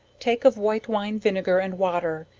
take of white wine vinegar and water,